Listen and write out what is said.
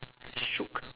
shook